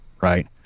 right